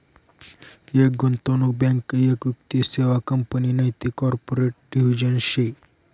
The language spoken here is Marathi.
एक गुंतवणूक बँक एक वित्तीय सेवा कंपनी नैते कॉर्पोरेट डिव्हिजन शे